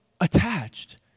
attached